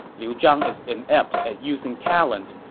liu zhang is inept at using talent,